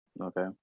Okay